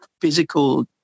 physical